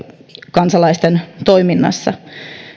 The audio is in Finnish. kansalaisten toiminnassa